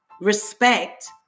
Respect